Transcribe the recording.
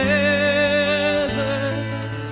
desert